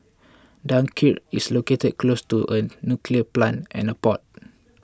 Dunkirk is located close to a nuclear plant and a port